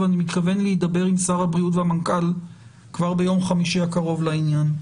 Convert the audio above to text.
ואני מתכוון להידבר עם שר הבריאות והמנכ"ל כבר ביום חמישי הקרוב לעניין.